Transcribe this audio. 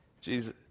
Jesus